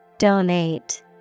Donate